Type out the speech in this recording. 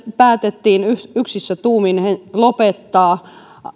päätettiin yksissä tuumin lopettaa